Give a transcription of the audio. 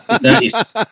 Nice